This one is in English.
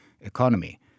economy